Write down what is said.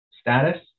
status